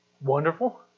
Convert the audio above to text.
wonderful